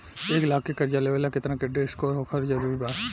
एक लाख के कर्जा लेवेला केतना क्रेडिट स्कोर होखल् जरूरी बा?